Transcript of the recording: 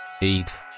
eat